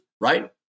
right